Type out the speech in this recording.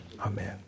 Amen